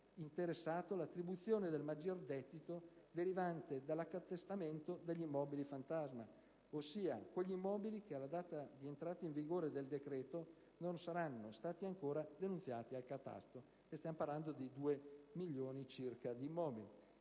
l'attribuzione del maggior gettito derivante dall'accatastamento dei cosiddetti immobili-fantasma, ossia quegli immobili che, alla data di entrata in vigore del decreto, non saranno stati ancora denunziati al catasto. Ricordo che stiamo parlando di circa due milioni di immobili.